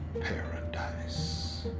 paradise